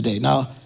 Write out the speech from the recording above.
Now